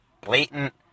blatant